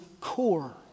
core